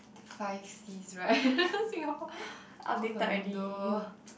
the five Cs right Singapore condo